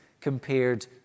compared